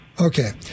Okay